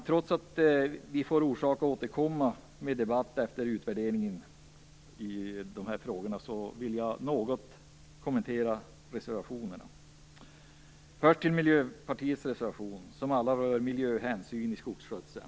Trots att vi får orsak att återkomma till en debatt i samband med utvärderingen av de här frågorna vill jag något kommentera reservationerna. Först till Miljöpartiets reservationer, som alla rör miljöhänsyn vid skogsskötsel.